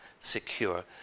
secure